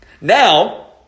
Now